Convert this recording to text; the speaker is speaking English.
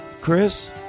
Chris